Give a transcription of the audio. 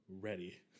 Ready